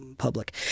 public